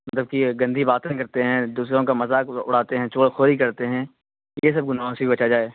مطلب کہ گندی باتیں کرتے ہیں دوسروں کا مذاق اڑاتے ہیں چغل خوری کرتے ہیں یہ سب گناہوں سے بھی بچا جائے